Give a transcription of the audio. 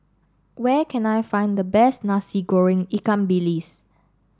where can I find the best Nasi Goreng Ikan Bilis